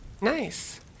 Nice